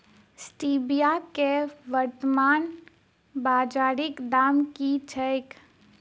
Stevia केँ वर्तमान बाजारीक दाम की छैक?